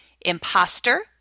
Imposter